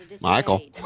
Michael